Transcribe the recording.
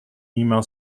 email